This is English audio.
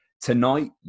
Tonight